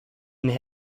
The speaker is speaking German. ihnen